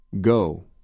Go